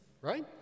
right